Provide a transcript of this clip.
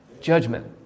judgment